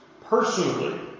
personally